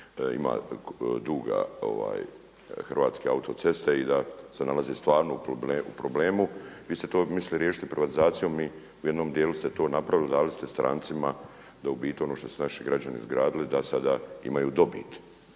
ima duga Hrvatske autoceste i da se nalaze stvarno u problemu. Vi ste to mislili riješiti privatizacijom i u jednom dijelu ste to napravili, dali ste strancima da u biti ono što su naši građani izgradili, da sada imaju dobit.